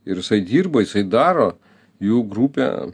ir jisai dirbo jisai daro jų grupė